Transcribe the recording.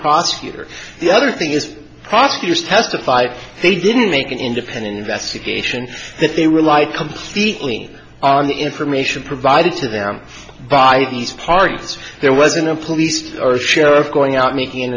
prosecutor the other thing is prosecutors testified they didn't make an independent investigation that they rely completely on the information provided to them by these parts there wasn't a police or sheriff going out making an